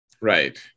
right